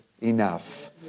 enough